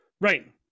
Right